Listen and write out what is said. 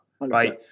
right